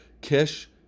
Kish